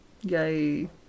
Yay